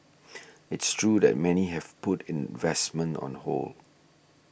it's true that many have put investment on hold